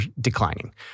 declining